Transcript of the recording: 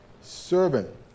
Servant